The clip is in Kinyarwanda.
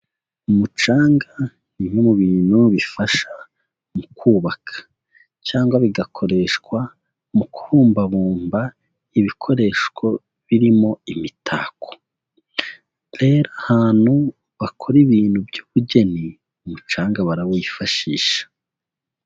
Umucanga ni bimwe mu bintu bifasha mu kubaka cyangwa bigakoreshwa mu kubumbabumba ibikoresho birimo imitako, rero ahantu bakora ibintu by'ubugeni umucanga barawifashisha.